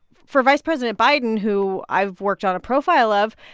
for vice president biden, who i've worked on a profile of,